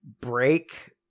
break